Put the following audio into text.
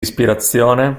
ispirazione